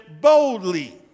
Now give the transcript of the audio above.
boldly